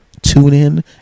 TuneIn